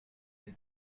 they